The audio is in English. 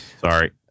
Sorry